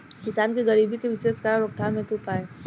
किसान के गरीबी के विशेष कारण रोकथाम हेतु उपाय?